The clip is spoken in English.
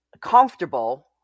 comfortable